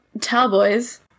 Cowboys